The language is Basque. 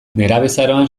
nerabezaroan